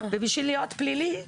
ובשביל להיות פלילי,